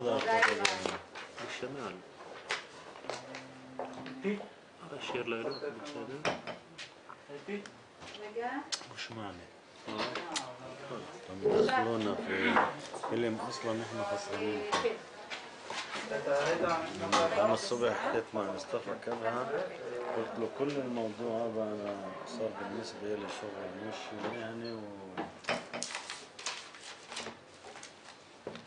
11:27.